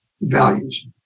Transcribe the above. values